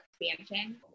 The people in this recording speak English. expansion